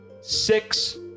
six